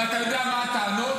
ואתה יודע מה הטענות?